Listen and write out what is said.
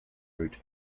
root